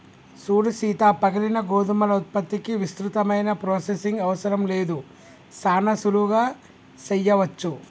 సూడు సీత పగిలిన గోధుమల ఉత్పత్తికి విస్తృతమైన ప్రొసెసింగ్ అవసరం లేదు సానా సులువుగా సెయ్యవచ్చు